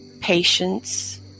patience